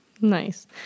Nice